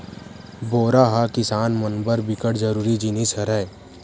बोरा ह किसान मन बर बिकट जरूरी जिनिस हरय